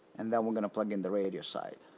and then we're gonna plug in the radio side.